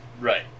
right